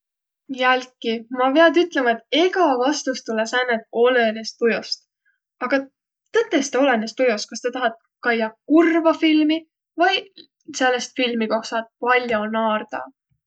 Jälki, ma piät ütlema, et egä vastus tulõ sääne, et olõnõs tujost. Aga tõtõstõ olõnõs tujost, kas sa tahat kaiaq kurva filmi vai säänest filmi, koh saat pall'o naardaq.